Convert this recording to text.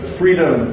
freedom